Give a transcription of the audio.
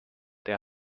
der